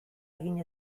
egin